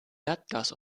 erdgas